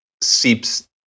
seeps